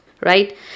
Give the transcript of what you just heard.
right